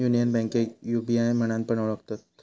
union बैंकेक UBI म्हणान पण ओळखतत